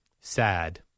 Sad